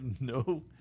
no